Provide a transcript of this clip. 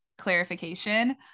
clarification